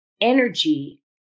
energy